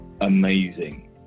amazing